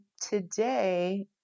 today